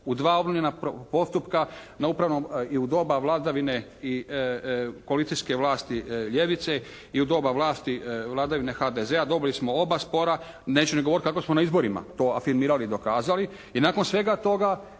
ne razumije./… postupka na Upravnom i u doba vladavine i koalicijske vlasti ljevice i u doba vlasti vladavine HDZ-a, dobili smo oba spora. Neću ni govoriti kako smo na izborima to afirmirali i dokazali.